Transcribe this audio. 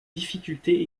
difficulté